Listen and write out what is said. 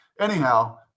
Anyhow